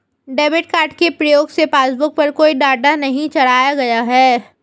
debit card के प्रयोग से पासबुक पर कोई डाटा नहीं चढ़ाया गया है